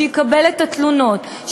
שיקבל את התלונות,